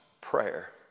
prayer